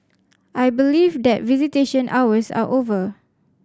I believe that visitation hours are over